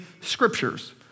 scriptures